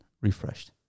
refreshed